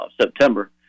September